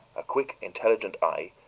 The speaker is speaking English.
a quick, intelligent eye,